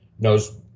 knows